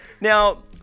Now